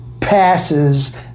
passes